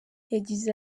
yagize